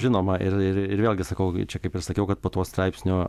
žinoma ir ir ir vėlgi sakau čia kaip ir sakiau kad po tuo straipsniu